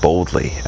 Boldly